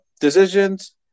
decisions